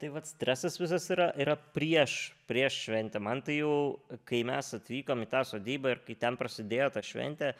tai vat stresas visas yra yra prieš prieš šventę man tai jau kai mes atvykom į tą sodybą ir kai ten prasidėjo ta šventė